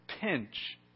pinch